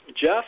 Jeff